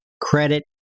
Credit